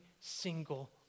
single